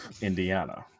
Indiana